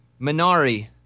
Minari